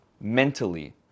mentally